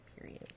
Period